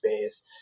space